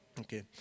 Okay